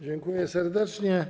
Dziękuję serdecznie.